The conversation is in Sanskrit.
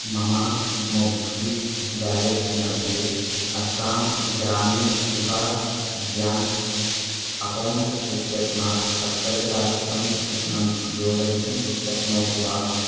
मम मोब्क्विक् वेलेट् मध्ये अस्सां ग्रामिन् विकास् ब्याङ्क् अकौण्ट् इत्यस्मात् सप्ततिसहस्रं धनं योजयितुं शक्नोषि वा